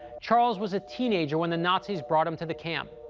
charles was a teenager when the nazis brought him to the camp.